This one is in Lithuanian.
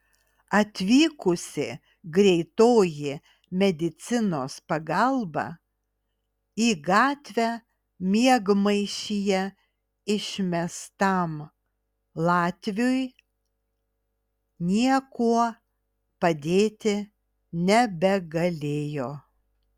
atvykusi greitoji medicinos pagalba į gatvę miegmaišyje išmestam latviui niekuo padėti nebegalėjo